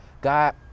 God